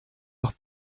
noch